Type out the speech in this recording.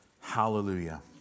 Hallelujah